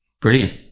brilliant